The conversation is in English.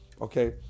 Okay